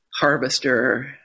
Harvester